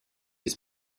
its